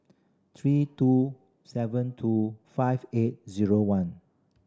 three two seven two five eight zero one